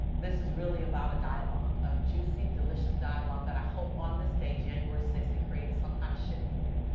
this is really about a dialogue. a juicy, delicious dialogue that i hope on this day, january six, it created some kind of shift in you.